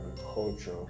agriculture